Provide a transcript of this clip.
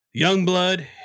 Youngblood